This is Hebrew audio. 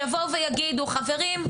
שיבואו ויגידו: חברים,